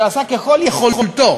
שעשה ככל יכולתו